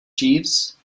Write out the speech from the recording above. jeeves